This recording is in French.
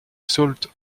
sault